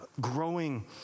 growing